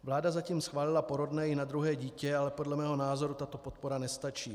Vláda zatím schválila porodné i na druhé dítě, ale podle mého názoru tato podpora nestačí.